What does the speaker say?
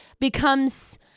Becomes